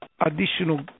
additional